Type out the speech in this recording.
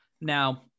Now